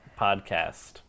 podcast